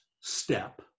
step